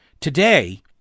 Today